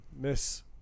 Miss